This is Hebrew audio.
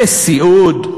בסיעוד.